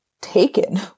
taken